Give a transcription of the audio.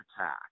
attack